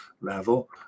level